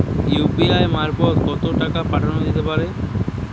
UPI মারফত কত টাকা পাঠানো যেতে পারে?